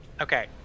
Okay